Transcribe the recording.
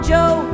Joe